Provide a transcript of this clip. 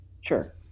Sure